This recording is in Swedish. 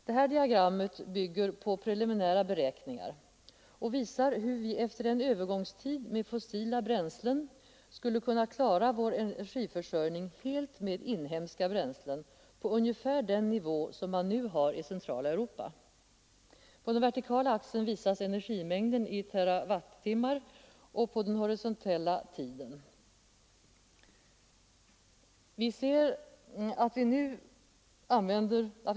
Det här diagrammet bygger på preliminära beräkningar och visar hur vi efter en övergångstid med fossila bränslen skulle kunna klara vår energiförsörjning helt med inhemska bränslen på ungefär den nivå som man nu har i centrala Europa. Den vertikala axeln visar energimängden i TWh och på den horisontella axeln visas tiden.